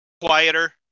quieter